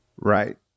Right